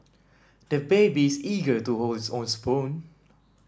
the baby is eager to hold his own spoon